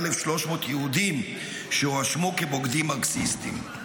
1,300 יהודים שהואשמו כבוגדים מרקסיסטים.